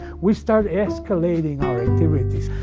we start escalating our activities.